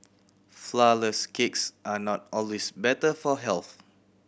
flourless cakes are not always better for health